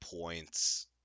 points